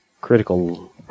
critical